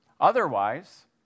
Otherwise